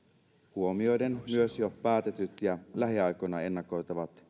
huomioiden myös jo päätetyt ja ennakoitavat